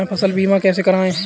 फसल बीमा कैसे कराएँ?